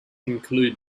include